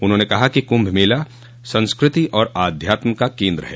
उन्होंने कहा कि कुम्भ मेला संस्कृति और आध्यात्म का केन्द्र है